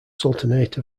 sultanate